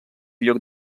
lloc